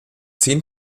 zehn